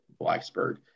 Blacksburg